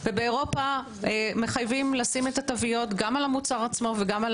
ובאירופה מחייבים לשים את התוויות גם על המוצר עצמו וגם על